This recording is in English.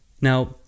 Now